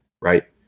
Right